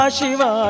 Shiva